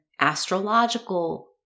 astrological